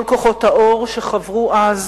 כל כוחות האור חברו אז